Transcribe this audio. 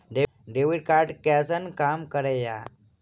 Debit card कैसन काम करेया?